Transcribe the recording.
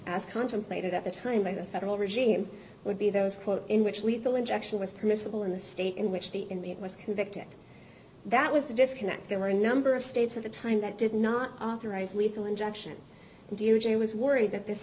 as contemplated at the time by the federal regime would be those quote in which lethal injection was permissible in the state in which the inmate was convicted that was the disconnect there were a number of states at the time that did not authorize lethal injection dujail was worried that this